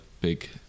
big